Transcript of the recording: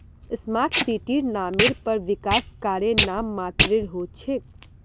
smart सिटीर नामेर पर विकास कार्य नाम मात्रेर हो छेक